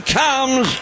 comes